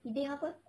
kidding apa